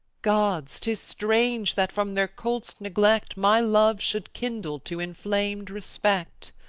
gods! tis strange that from their cold'st neglect my love should kindle to inflam'd respect.